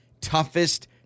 toughest